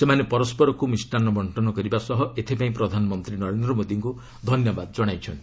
ସେମାନେ ପରସ୍କରକୁ ମିଷ୍ଟାନ୍ନ ବକ୍ଷନ କରିବା ସହ ଏଥିପାଇଁ ପ୍ରଧାନମନ୍ତ୍ରୀ ନରେନ୍ଦ୍ର ମୋଦିଙ୍କ ଧନ୍ୟବାଦ କଣାଇଛନ୍ତି